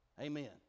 Amen